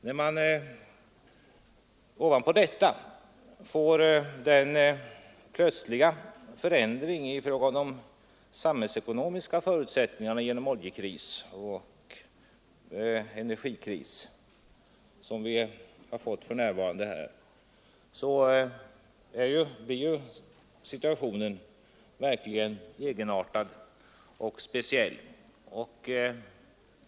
När man ovanpå detta får en plötslig förändring i fråga om de samhällsekonomiska förutsättningarna genom den energikris som har uppstått blir situationen verkligen egenartad och speciell.